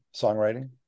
songwriting